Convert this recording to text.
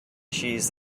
cheese